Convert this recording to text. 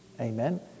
Amen